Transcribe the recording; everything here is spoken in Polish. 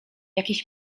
jakiś